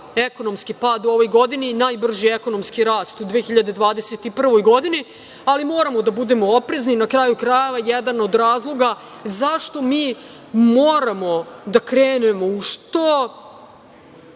ekonomski pad u ovoj godini i najbrži ekonomski rast u 2021. godini, ali moramo da budemo oprezni. Na kraju krajeva, jedan od razloga zašto mi moramo da krenemo u što